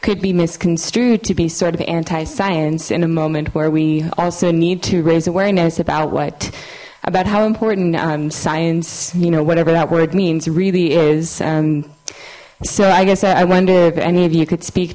could be misconstrued to be sort of anti science in a moment where we also need to raise awareness about what about how important science you know whatever that word means really is so i guess i wonder if any of you could speak